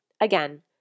Again